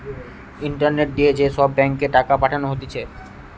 internet দিয়ে যে সব ব্যাঙ্ক এ টাকা পাঠানো হতিছে